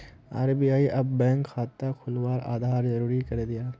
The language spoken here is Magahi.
आर.बी.आई अब बैंक खाता खुलवात आधार ज़रूरी करे दियाः